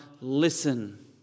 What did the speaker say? listen